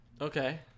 Okay